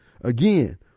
Again